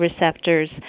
receptors